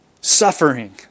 suffering